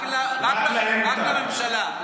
רק לממשלה.